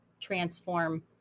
transform